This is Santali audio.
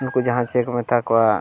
ᱱᱩᱠᱩ ᱡᱟᱦᱟᱸ ᱪᱮᱬᱮᱠᱚ ᱢᱮᱛᱟᱣ ᱠᱚᱣᱟ